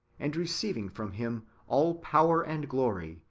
and receiving from him all power and glory,